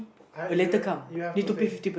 !huh! you you have to pay